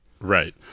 Right